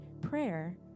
prayer